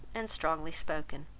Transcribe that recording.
and strongly spoken.